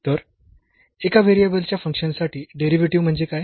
तर एका व्हेरिएबलच्या फंक्शन साठी डेरिव्हेटिव्ह म्हणजे काय